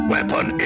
Weapon